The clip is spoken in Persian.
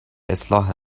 اصلاح